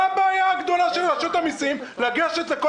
מה הבעיה הגדולה של רשות המסים לגשת לכל